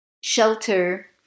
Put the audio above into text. shelter